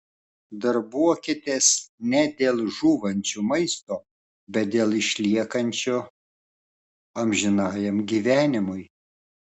darbuokitės ne dėl žūvančio maisto bet dėl išliekančio amžinajam gyvenimui